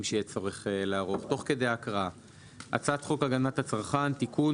הצעת חוק הגנת הצרכן (תיקון,